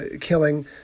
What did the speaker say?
killing